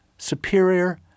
Superior